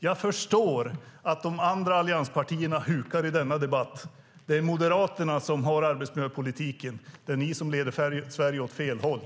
Jag förstår att de andra allianspartierna hukar i denna debatt. Det är Moderaterna som har arbetsmiljöpolitiken. Det är ni som leder Sverige åt fel håll.